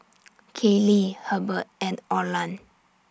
Kayli Hebert and Olan